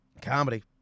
comedy